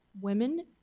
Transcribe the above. women